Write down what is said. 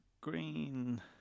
green